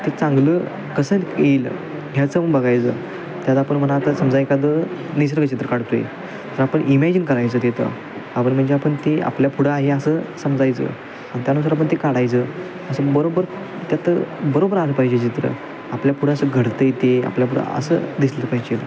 ते चांगलं कसं येईल ह्याचं पण बघायचं त्यात आपण म्हणाल तर समजा एखादं निसर्ग चित्र काढतो आहे तर आपण इमॅजिन करायचं ते तर आपण म्हणजे आपण ते आपल्या पुढं आहे असं समजायचं आणि त्यानुसार आपण ते काढायचं असं बरोबर त्यात बरोबर आलं पाहिजे चित्र आपल्या पुढं असं घडत आहे ते आपल्या पुढं असं दिसलं पाहिजेल